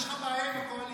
יש לך בעיה עם הקואליציה.